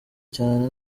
cyane